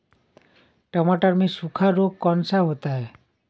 टमाटर में सूखा रोग कौन सा होता है?